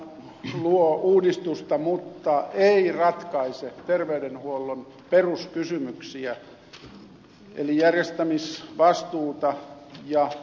a osaltaan luo uudistusta mutta ei ratkaise terveydenhuollon peruskysymyksiä eli järjestämisvastuuta ja rahoitusta